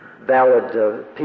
valid